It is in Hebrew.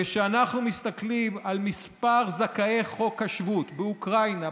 כשאנחנו מסתכלים על מספר זכאי חוק השבות באוקראינה,